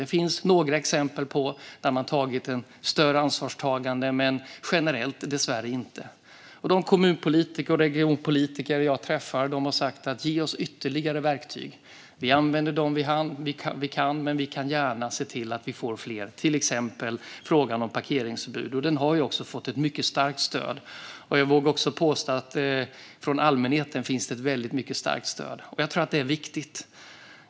Det finns några exempel där man har tagit ett större ansvar, men generellt är det dessvärre inte så. De kommun och regionpolitiker jag träffar säger: Ge oss ytterligare verktyg! Vi använder de verktyg vi har men får gärna fler, till exempel när det gäller frågan om parkeringsförbud. Den frågan har fått ett mycket starkt stöd, och jag vågar också påstå att det finns ett starkt stöd från allmänheten. Jag tror att det är viktigt.